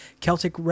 Celtic